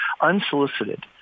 unsolicited